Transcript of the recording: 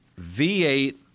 V8